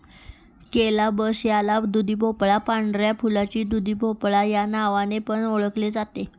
calabash ज्याला दुधीभोपळा, पांढऱ्या फुलाचा दुधीभोपळा या नावाने पण ओळखले जाते